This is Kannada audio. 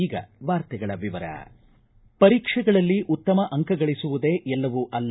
ಈಗ ವಾರ್ತೆಗಳ ವಿವರ ಪರೀಕ್ಷೆಗಳಲ್ಲಿ ಉತ್ತಮ ಅಂಕ ಗಳಿಸುವುದೇ ಎಲ್ಲವೂ ಅಲ್ಲ